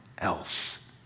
else